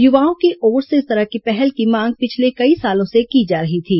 युवाओं की ओर से इस तरह के पहल की मांग पिछले कई सालों से की जा रही थी